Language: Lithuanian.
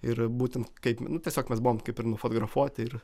ir būtent kaip nu tiesiog mes buvom kaip ir nufotografuoti ir